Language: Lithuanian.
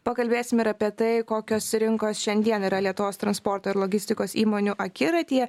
pakalbėsim ir apie tai kokios rinkos šiandien yra lietuvos transporto ir logistikos įmonių akiratyje